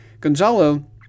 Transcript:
Gonzalo